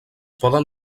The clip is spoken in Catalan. poden